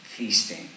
Feasting